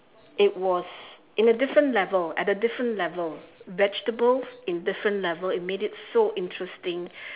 it was in a different level at a different level vegetables in different levels it made it so interesting